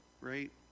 right